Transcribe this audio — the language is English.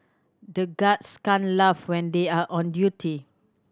the guards can't laugh when they are on duty